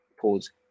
pause